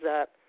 up